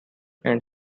and